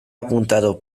apuntado